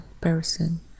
person